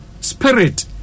spirit